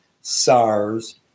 SARS